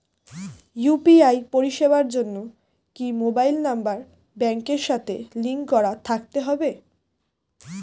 UPI পরিষেবার জন্য কি মোবাইল নাম্বার ব্যাংকের সাথে লিংক করা থাকতে হবে?